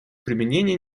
применения